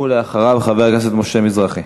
ואחריו, חבר הכנסת משה מזרחי.